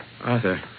Arthur